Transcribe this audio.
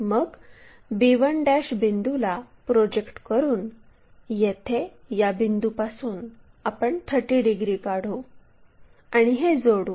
मग b1' बिंदूला project करून येथे या बिंदूपासून आपण 30 डिग्री काढू आणि हे जोडू